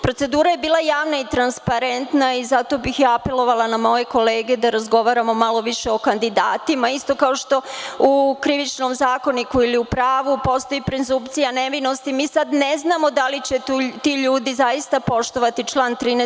Procedura je bila javna i transparentna i zato bih ja apelovala na moje kolege da razgovaramo malo više o kandidatima, isto kao što u Krivičnom zakoniku ili u pravu postoji prezumpcija nevinosti, mi sada ne znamo da li će ti ljudi zaista poštovati član 13.